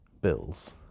bills